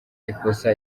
ikosa